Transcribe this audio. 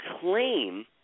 claim